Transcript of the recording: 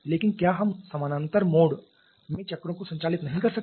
लेकिन क्या हम समानांतर मोड में चक्रों को संचालित नहीं कर सकते